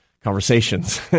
conversations